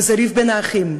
וזה ריב בין האחים,